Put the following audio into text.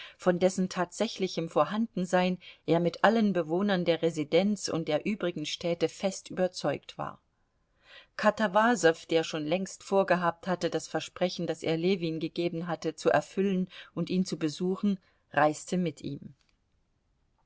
von dessen tatsächlichem vorhandensein er mit allen bewohnern der residenz und der übrigen städte fest überzeugt war katawasow der schon längst vorgehabt hatte das versprechen das er ljewin gegeben hatte zu erfüllen und ihn zu besuchen reiste mit ihm